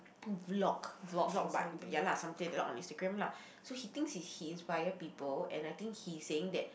vlog vlog but ya lah something like that vlog on Instagram lah so he thinks he he inspire people and I think he is saying that